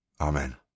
Amen